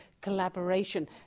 collaboration